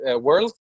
world